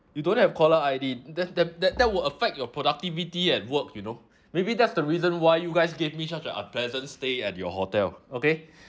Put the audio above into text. you don't have caller I_D that that that that will affect your productivity at work you know maybe that's the reason why you guys gave me such a unpleasant stay at your hotel okay